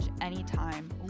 anytime